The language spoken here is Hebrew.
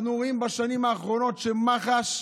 אנחנו רואים בשנים האחרונות שמח"ש,